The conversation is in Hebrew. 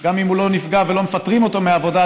גם אם הוא לא נפגע ולא מפטרים אותו מהעבודה,